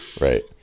Right